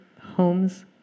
homes